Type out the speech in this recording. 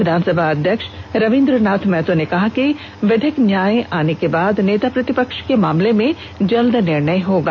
विधानसभा अध्यक्ष रवींद्रनाथ महतो ने कहा कि विधिक न्याय आने के बाद नेता प्रतिपक्ष के मामले में जल्द निर्णय होगा